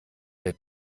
der